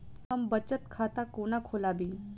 हम बचत खाता कोना खोलाबी?